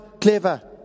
clever